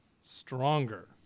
stronger